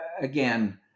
again